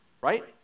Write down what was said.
Right